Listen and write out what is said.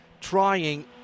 trying